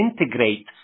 integrate